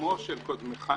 קודמו של קודמך,